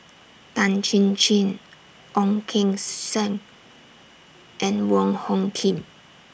Tan Chin Chin Ong Keng Sen and Wong Hung Khim